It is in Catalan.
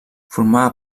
formava